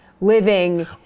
living –